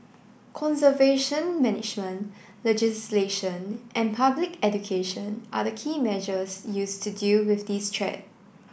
conservation management legislation and public education are the key measures used to deal with this threat